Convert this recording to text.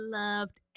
loved